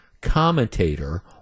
commentator